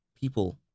people